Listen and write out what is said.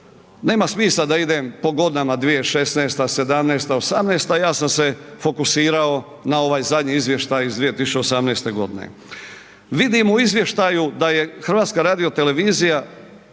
nema smisla da idem po godinama 2016., '17., '18. ja sam se fokusirao na ovaj zadnji izvještaj iz 2018. godine. Vidim u izvještaju da je HRT u 2018. godina